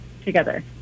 together